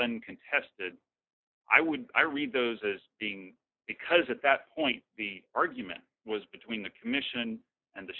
an contested i would i read those as being because at that point the argument was between the commission and the